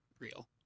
real